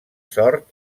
sort